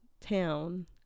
town